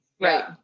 Right